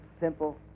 simple